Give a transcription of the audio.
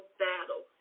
battle